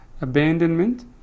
abandonment